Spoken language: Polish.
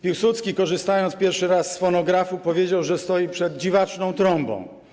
Piłsudski, korzystając pierwszy raz z fonografu, powiedział, że stoi przed dziwaczną trąbą.